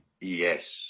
Yes